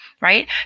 Right